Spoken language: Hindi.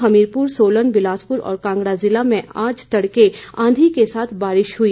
हमीरपुर सोलन बिलासपुर और कांगड़ा जिलों में आज तड़के आंधी के साथ बारिश हुई